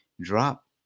drop